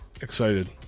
excited